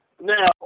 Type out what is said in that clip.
Now